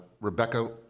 Rebecca